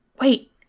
Wait